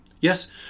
Yes